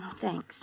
Thanks